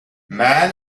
man